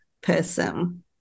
person